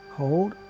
Hold